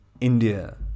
India